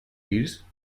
girs